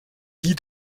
die